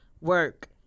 work